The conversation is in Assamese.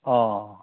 অঁ